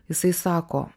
jisai sako